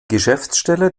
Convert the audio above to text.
geschäftsstelle